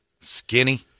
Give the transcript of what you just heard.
skinny